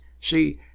See